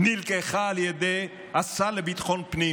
נלקחה על ידי השר לביטחון הפנים